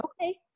Okay